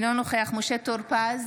אינו נוכח משה טור פז,